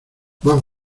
más